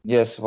Yes